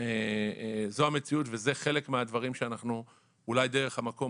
זו המציאות וזה חלק מהדברים שאולי דרך המקום